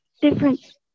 different